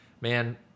Man